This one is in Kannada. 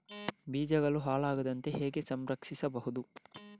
ಬೀಜಗಳು ಹಾಳಾಗದಂತೆ ಹೇಗೆ ಸಂರಕ್ಷಿಸಬಹುದು?